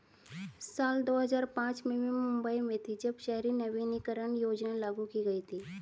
साल दो हज़ार पांच में मैं मुम्बई में थी, जब शहरी नवीकरणीय योजना लागू की गई थी